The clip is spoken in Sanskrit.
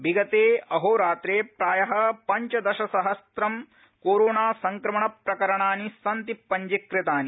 विगते अहोरात्रो प्राय पन्चदश सहस्रं कोरोना संक्रमण प्रकरणानि सन्ति पंजीकृतानि